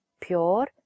pure